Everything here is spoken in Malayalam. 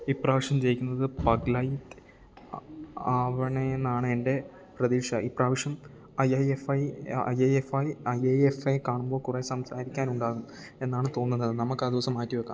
ഇപ്രാവശ്യം ജയിക്കുന്നത് പഗ്ഗ്ലൈറ്റ് ആവണേ എന്നാണ് എൻ്റെ പ്രതീഷ ഇപ്രാവശ്യം I I F I I I F I I I F I കാണുമ്പോൾ കുറെ സംസാരിക്കാനുണ്ടാകും എന്നാണ് തോന്നുന്നത് നമുക്ക് ആ ദിവസം മാറ്റിവെക്കാം